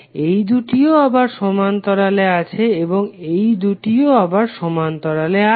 এই দুটিও আবার সমান্তরালে আছে এবং এই দুটিও আবার সমান্তরালে আছে